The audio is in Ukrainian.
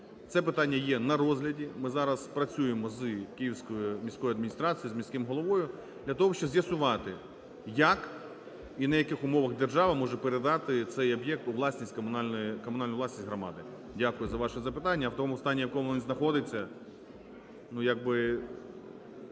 Це питання є на розгляді, ми зараз працюємо з Київською міською адміністрацією, з міським головою для того, щоб з'ясувати, як і на яких умовах держава може передати цей об'єкт у власність, комунальну власність громади. Дякую за ваше запитання. В тому стані, в якому він знаходиться, ну, як би